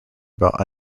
about